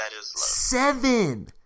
seven